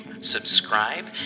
subscribe